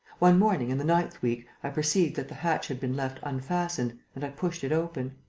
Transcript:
one morning, in the ninth week, i perceived that the hatch had been left unfastened and i pushed it open.